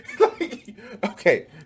Okay